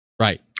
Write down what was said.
right